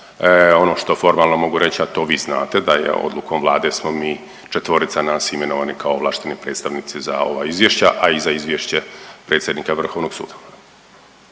Ono što formalno mogu reć, a to vi znate da je odlukom Vlade smo mi, četvorica nas imenovani kao ovlašteni predstavnici za ova izvješća, a i za izvješće predsjednika vrhovnog suda.